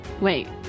Wait